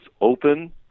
open